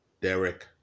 Derek